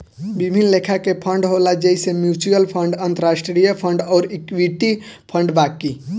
विभिन्न लेखा के फंड होला जइसे म्यूच्यूअल फंड, अंतरास्ट्रीय फंड अउर इक्विटी फंड बाकी